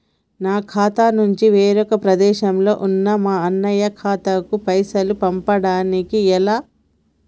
నా ఖాతా నుంచి వేరొక ప్రదేశంలో ఉన్న మా అన్న ఖాతాకు పైసలు పంపడానికి ఎలా?